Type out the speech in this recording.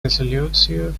резолюцию